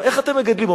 שאלתי: איך אתם מגדלים?